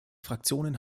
fraktionen